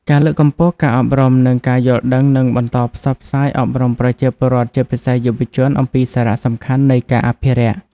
ការលើកកម្ពស់ការអប់រំ និងការយល់ដឹងនិង បន្តផ្សព្វផ្សាយអប់រំប្រជាពលរដ្ឋ ជាពិសេសយុវជន អំពីសារៈសំខាន់នៃការអភិរក្ស។